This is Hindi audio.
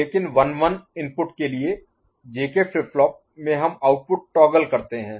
लेकिन 1 1 इनपुट के लिए जेके फ्लिप फ्लॉप में हम आउटपुट टॉगल करते हैं